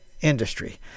industry